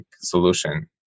solution